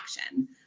action